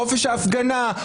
חופש ההפגנה,